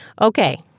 Okay